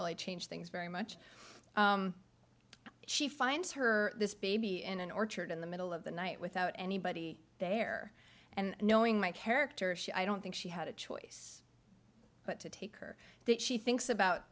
really change things very much she finds her this baby in an orchard in the middle of the night without anybody there and knowing my character she i don't think she had a choice but to take her that she thinks about